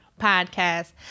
podcast